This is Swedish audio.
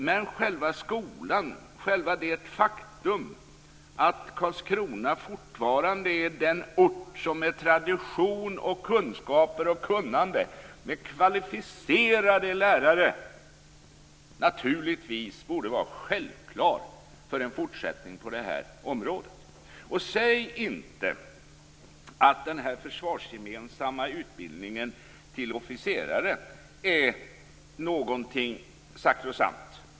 Men själva det faktum att Karlskrona fortfarande är bästa orten med tradition, kunskaper, kunnande och med kvalificerade lärare. Det gör att skolan naturligtvis borde vara självklar för en fortsättning på området. Säg inte att den försvarsgemensamma utbildningen till officerare är någonting sakrosant.